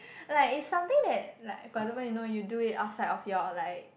like is something that like for example you know you do it outside of your like